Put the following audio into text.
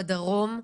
בדרום,